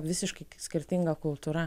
visiškai skirtinga kultūra